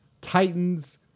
Titans